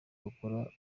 rukora